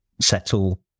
settle